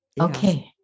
Okay